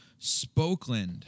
Spokeland